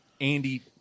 Andy